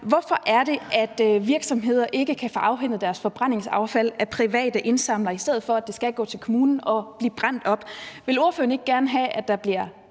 hvorfor er det, at virksomheder ikke kan få afhentet deres forbrændingsaffald af private indsamlere, i stedet for at det skal gå til kommunen og blive brændt op? Vil ordføreren ikke gerne have, at der bliver